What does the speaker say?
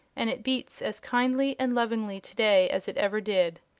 and it beats as kindly and lovingly today as it every did.